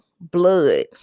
blood